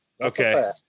Okay